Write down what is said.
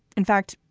in fact,